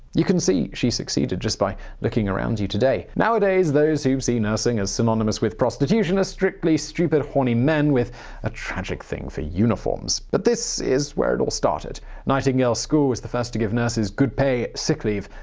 you can see she succeeded just by looking around you today. nowadays, those who see nursing as synonymous with prostitution are strictly stupid, horny men with a tragic thing for uniforms. but this is where it all started. nightingale's school was the first to give nurses good pay, sick leave,